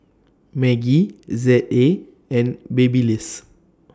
Maggi Z A and Babyliss